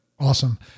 Awesome